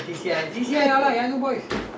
some of your older generation also there [what]